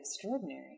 extraordinary